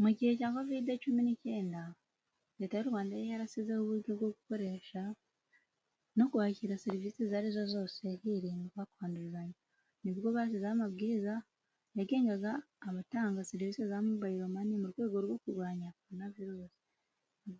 Mu gihe cya covid cumi n'icyenda leta y'u Rwanda yari yarasizeho uburyo bwo gukoresha no kwakira serivisi izo arizo zose hirindwa kwanduzanya, nibwo bashyizeho amabwiriza yagengaga abatanga serivisi za mobile money mu rwego rwo kurwanya korona virusi.